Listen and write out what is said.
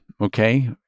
okay